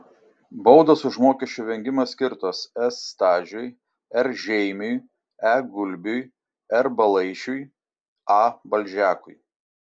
baudos už mokesčių vengimą skirtos s stažiui r žeimiui e gulbiui r balaišiui a balžekui